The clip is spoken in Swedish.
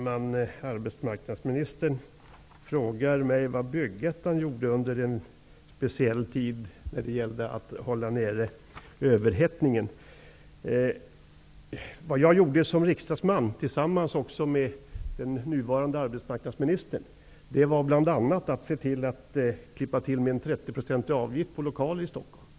Herr talman! Arbetsmarknadsministern frågade mig vad Byggettan gjorde under den speciella tid då det gällde att hålla nere överhettningen. Vad jag gjorde som riksdagsman, tillsammans med den nuvarande arbetsmarknadsministern, var bl.a. att klippa till med en 30 % avgiftsökning på lokaler i Stockholm.